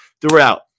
throughout